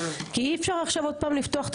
כי אי אפשר עכשיו עוד פעם לפתוח.